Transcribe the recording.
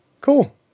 cool